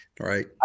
Right